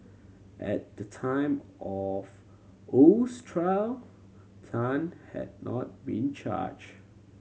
at the time of Oh's trial Tan had not been charged